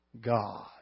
God